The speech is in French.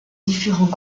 différents